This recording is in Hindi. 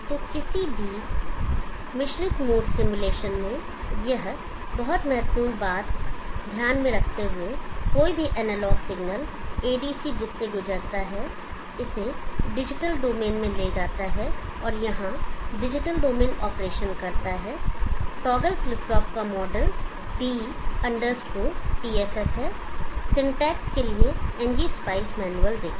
तो किसी भी मिश्रित मोड सिमुलेशन में यह बहुत महत्वपूर्ण बात है इसे ध्यान में रखें कोई भी एनालॉग सिग्नल ADC ब्रिज से गुजरता है इसे डिजिटल डोमेन में ले जाता है और यहाँ डिजिटल डोमेन ऑपरेशन करता है टॉगल फ्लिप फ्लॉप का मॉडल d tff है सिंटैक्स के लिए ngspice मैनुअल देखें